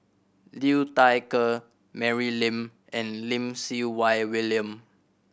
Liu Thai Ker Mary Lim and Lim Siew Wai William